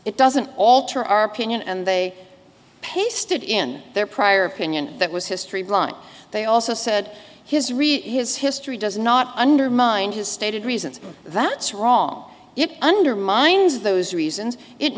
it doesn't alter our opinion and they pasted in their prior opinion that was history blind they also said his read his history does not undermine his stated reasons that's wrong it undermines those reasons it